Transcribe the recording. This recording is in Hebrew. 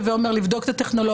הווה אומר לבדוק את הטכנולוגיה,